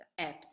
apps